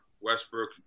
Westbrook